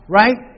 right